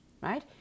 right